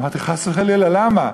אמרתי: חס וחלילה, למה?